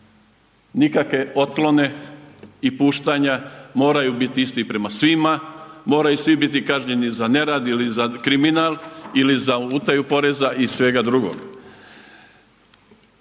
nikakve otklone i puštanja, moraju biti isti prema svima, moraju svi biti kažnjeni za nerad ili za kriminal ili za utaju poreza i svega drugoga.